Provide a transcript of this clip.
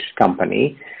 company